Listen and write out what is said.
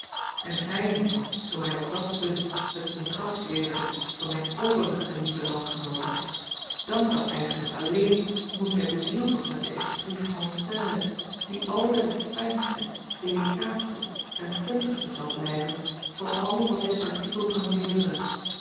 en heine zoo hij op dat punt het contrast leverde van mijne overige lieve landgenooten dankt dat eigenlijk alleen omdat hij bezield was met den esprit français die altijd het fijnste delicaatste en puntigste zal blijven van al wat dit artikel kan leveren